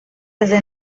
desde